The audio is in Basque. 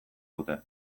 dute